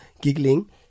giggling